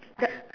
the